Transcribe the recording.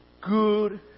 good